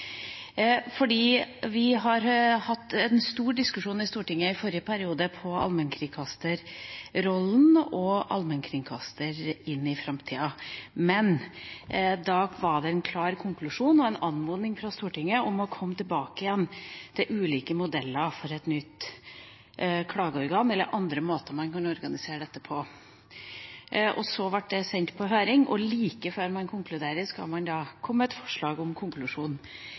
stor diskusjon i Stortinget om allmennkringkasterrollen i framtida, og da var det en klar konklusjon og en anmodning fra Stortinget om å komme tilbake til ulike modeller for et nytt klageorgan eller andre måter å organisere dette på. Det ble sendt på høring, og like før man konkluderer, skal man da komme med et forslag til konklusjon